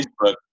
facebook